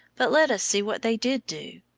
but let us see what they did do.